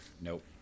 nope